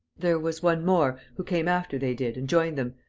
there was one more, who came after they did and joined them.